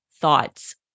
Thoughts